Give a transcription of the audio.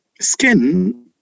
skin